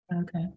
Okay